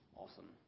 awesome